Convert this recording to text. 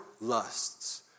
lusts